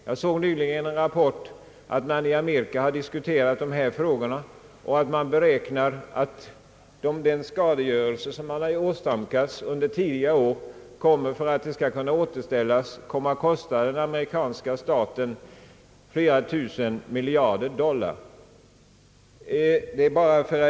Jag såg nyligen en rapport om att man har diskuterat dessa frågor i Amerika och att man räknar med att den skadegörelse, som åsamkats under tidigare år, kommer att kosta amerikanska staten flera tusen miljarder dollar, om den skall återställas.